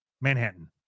Manhattan